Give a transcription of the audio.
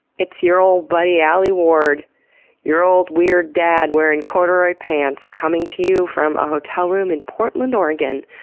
it's your old buddy, alie ward your old weird dad, wearing corduroy pants, coming to you from a hotel room in portland, oregon,